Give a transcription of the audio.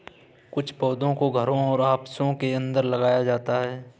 कुछ पौधों को घरों और ऑफिसों के अंदर लगाया जाता है